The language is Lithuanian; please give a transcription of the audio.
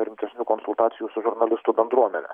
rimtesnių konsultacijų su žurnalistų bendruomene